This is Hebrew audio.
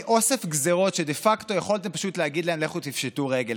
אוסף גזרות שדה פקטו יכולתם פשוט להגיד להם: לכו תפשטו רגל,